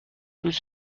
tous